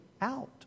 out